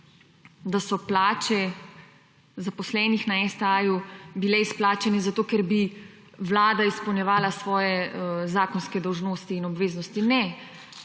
da so plače zaposlenih na STA bile izplačane, zato ker bi Vlada izpolnjevala svoje zakonske dolžnosti in obveznosti ne.